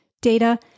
data